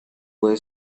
pude